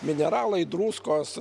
mineralai druskos